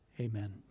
Amen